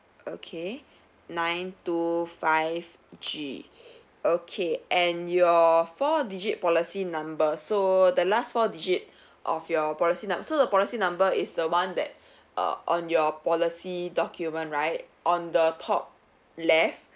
okay nine two five G okay and your four digit policy number so the last four digit of your policy num~ so the policy number is the one that err on your policy document right on the top left